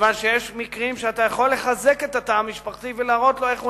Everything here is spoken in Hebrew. מכיוון שיש מקרים שאתה יכול לחזק את התא המשפחתי ולהראות לו איך הוא